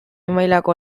mailako